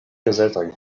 gazetoj